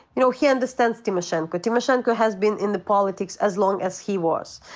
you know, he understands tymoshenko. tymoshenko has been in the politics as long as he was.